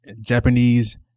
Japanese